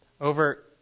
Over